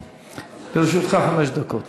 לרשותך חמש דקות.